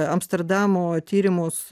amsterdamo tyrimus